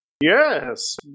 Yes